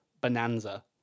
bonanza